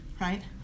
right